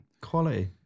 quality